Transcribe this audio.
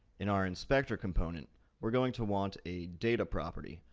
in our inspector component we're going to want a data property,